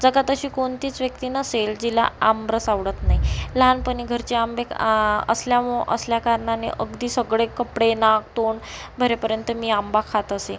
जगात अशी कोणतीच व्यक्ती नसेल जिला आमरस आवडत नाही लहानपणी घरचे आंबे आ असल्यामो असल्याकारणाने अगदी सगळे कपडे नाक तोंड भरेपर्यंत मी आंबा खात असे